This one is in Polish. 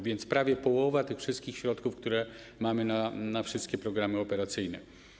To jest prawie połowa tych wszystkich środków, które mamy na wszystkie programy operacyjne.